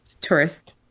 tourist